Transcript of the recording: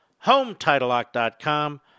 HometitleLock.com